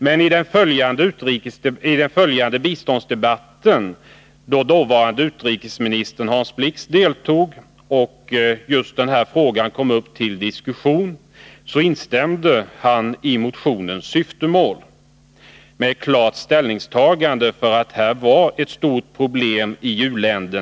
Men i den följande biståndsdebatten, där dåvarande utrikesministern Hans Blix deltog och den här frågan kom upp till diskussion, instämde han i motionens syfte, med klart ställningstagande för att alkoholen var ett stort problem i många u-länder.